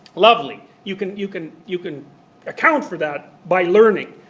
lovely. you can you can you can account for that by learning.